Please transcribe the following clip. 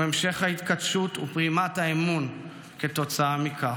המשך ההתכתשות ופרימת האמון כתוצאה מכך.